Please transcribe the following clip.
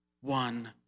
one